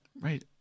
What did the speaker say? Right